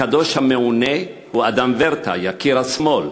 הקדוש המעונה הוא אדם ורטה, יקיר השמאל,